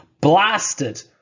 blasted